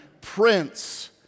prince